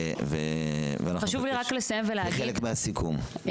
ואנחנו נבקש כחלק מהסיכום.